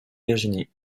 virginie